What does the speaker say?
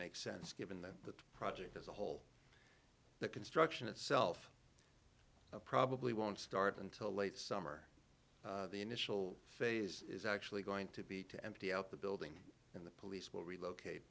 makes sense given the project as a whole the construction itself probably won't start until late summer the initial phase is actually going to be to empty out the building and the police will relocate